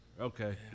Okay